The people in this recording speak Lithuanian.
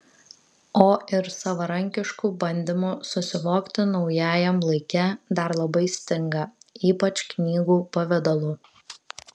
o ir savarankiškų bandymų susivokti naujajam laike dar labai stinga ypač knygų pavidalu